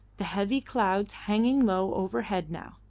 the heavy clouds hanging low overhead now.